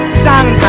son